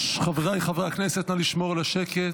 חבריי חברי הכנסת, נא לשמור על השקט.